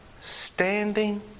standing